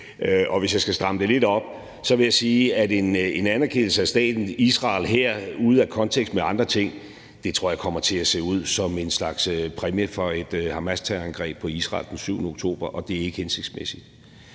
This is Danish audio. Og hvis jeg skal stramme det lidt op, vil jeg sige, at en anerkendelse af staten Israel her ude af kontekst med andre ting tror jeg kommer til at se ud som en slags præmie for et Hamasterrorangreb på Israel den 7. oktober, og det er ikke hensigtsmæssigt.